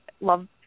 love